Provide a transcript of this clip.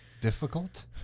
difficult